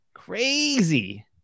crazy